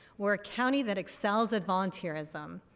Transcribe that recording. we're a county that excels at volunteerism.